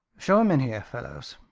show him in here, fellows.